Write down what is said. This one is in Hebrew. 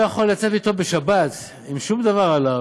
לא יכול לצאת מביתו בשבת עם שום דבר עליו,